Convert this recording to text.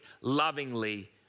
lovingly